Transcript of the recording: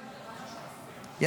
מוותרת?